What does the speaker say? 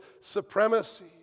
supremacy